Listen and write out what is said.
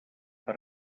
per